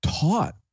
taught